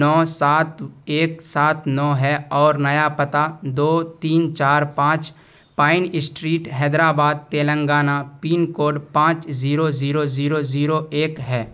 نو سات ایک سات نو ہے اور نیا پتہ دو تین چار پانچ pine street Hyderabad Telangana pin code پانچ زیرو زیرو زیرو زیرو ایک ہے